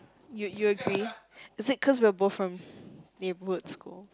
you you agree is it cause we are both from neighbourhood school